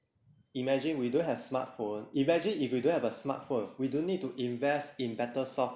imagine we don't have smart phone imagine if you don't have a smart phone we don't need to invest in better software